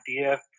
idea